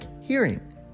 hearing